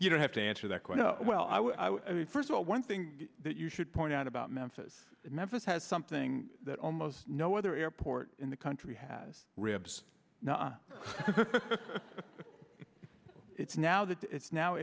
you don't have to answer that question oh well i mean first of all one thing that you should point out about memphis memphis has something that almost no other airport in the country has ribs it's now that it's now